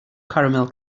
caramel